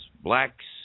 blacks